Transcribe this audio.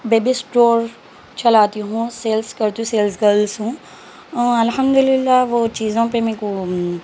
baby store چلاتی ہوں sales کرتی ہوں سیلس گرلس ہوں الحمد اللہ وہ چیزوں پہ مے کو